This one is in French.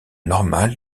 normale